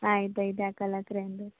ಆಯ್ತು ಆಯಿತು ಹಾಕಲ್ಲ